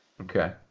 Okay